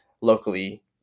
locally